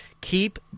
keep